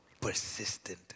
persistent